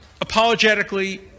apologetically